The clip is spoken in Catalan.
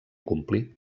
complí